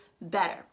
better